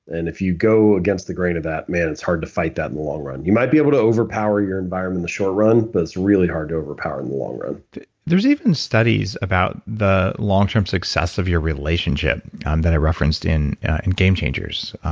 and if you go against the grain of that, man, it's hard to fight that in the long run. you might be able to overpower your environment in the short run, but it's really hard to overpower in the long run there's even studies about the long-term success of your relationship um that i referenced in in game changers,